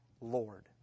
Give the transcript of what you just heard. lord